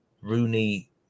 Rooney